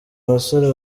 basore